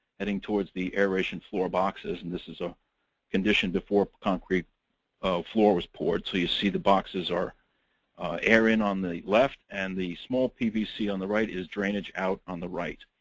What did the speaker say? heading towards the aeration floor boxes. and this is our ah condition before concrete floor was poured. so you see the boxes are air-in on the left. and the small pvc on the right is drainage-out on the right.